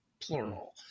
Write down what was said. plural